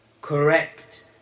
correct